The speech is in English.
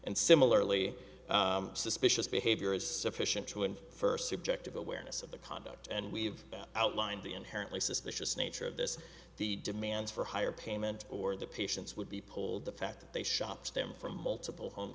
and similarly suspicious behavior is sufficient to end first subjective awareness of the conduct and we've outlined the inherently suspicious nature of this the demands for higher payment or the patients would be polled the fact that they shop stem from multiple home